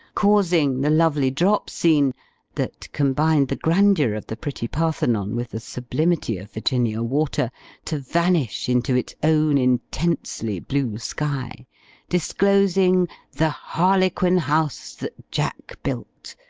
causing the lovely drop-scene that combined the grandeur of the pretty parthenon with the sublimity of virginia water to vanish into its own intensely blue sky disclosing the harlequin house that jack built,